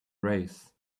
race